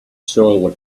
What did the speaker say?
soiled